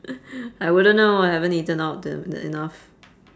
I wouldn't know I haven't eaten out uh uh enough